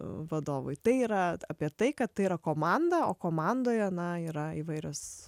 vadovui tai yra apie tai kad tai yra komanda o komandoje na yra įvairios